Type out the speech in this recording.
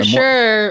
sure